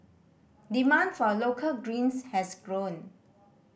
demand for a local greens has grown